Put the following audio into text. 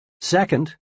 second